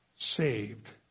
saved